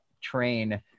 train